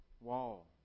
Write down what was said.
wall